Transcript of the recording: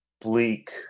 bleak